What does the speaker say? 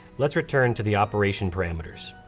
let's return to the operation parameters.